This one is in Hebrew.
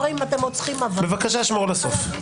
בבקשה שמור לסוף.